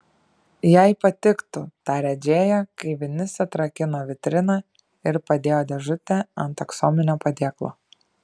jai patiktų tarė džėja kai vinis atrakino vitriną ir padėjo dėžutę ant aksominio padėklo